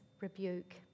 rebuke